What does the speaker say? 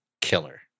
killer